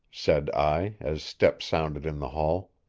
said i, as steps sounded in the hall.